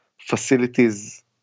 facilities